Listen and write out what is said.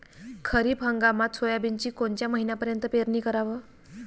खरीप हंगामात सोयाबीनची कोनच्या महिन्यापर्यंत पेरनी कराव?